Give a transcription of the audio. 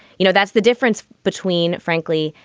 you know, that's the difference between, frankly,